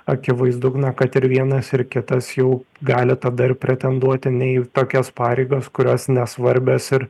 akivaizdu na kad ir vienas ir kitas jau gali tada ir pretenduoti ne į tokias pareigas kurios nesvarbios ir